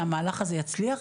שהמהלך הזה יצליח,